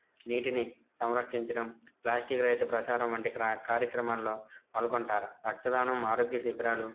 నీటిని సంరక్షించడం ప్లాస్టిక్ రైతు ప్రచారం వంటి కార్యక్రమాల్లో పాల్గొంటారా రక్తదానం ఆరోగ్య శిబిరాలు